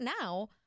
now